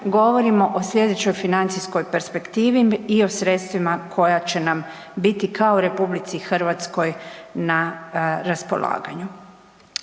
govorimo o slijedećoj financijskoj perspektivi i o sredstvima koja će nam biti kao RH na raspolaganju.